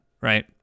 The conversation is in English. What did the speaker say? right